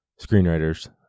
screenwriters